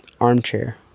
Armchair